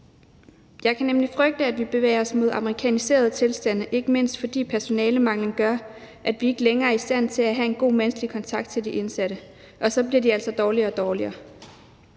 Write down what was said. Jeg kan nemlig frygte, at vi bevæger os mod amerikaniserede tilstande, ikke mindst fordi personalemangelen gør, at vi ikke længere er i stand til at have en god menneskelig kontakt til de indsatte, og så bliver de altså dårligere og dårligere.